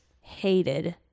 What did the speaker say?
hated